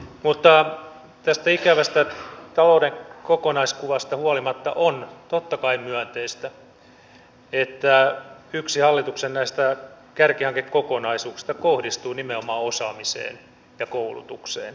mutta tästä ikävästä talouden kokonaiskuvasta huolimatta on totta kai myönteistä että yksi näistä hallituksen kärkihankekokonaisuuksista kohdistuu nimenomaan osaamiseen ja koulutukseen